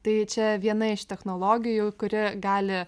tai čia viena iš technologijų kuri gali